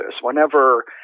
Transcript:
Whenever